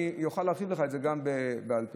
אני אוכל להרחיב לך על זה גם בעל פה.